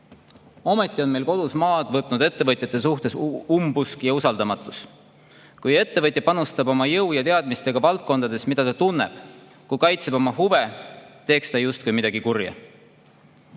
Ometi on meil kodus maad võtnud ettevõtjate umbusaldamine, usaldamatus. Kui ettevõtja panustab oma jõu ja teadmistega valdkondades, mida ta tunneb, kui ta kaitseb oma huve, teeks ta justkui midagi kurja.